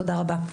תודה רבה.